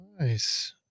Nice